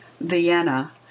Vienna